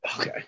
Okay